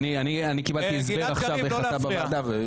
גלעד קריב, לא להפריע.